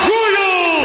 Royal